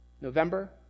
November